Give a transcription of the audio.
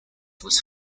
was